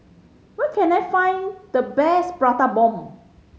where can I find the best Prata Bomb